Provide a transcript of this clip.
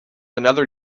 another